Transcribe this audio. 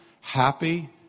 happy